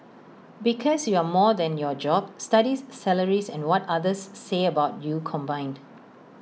because you're more than your job studies salary and what others say about you combined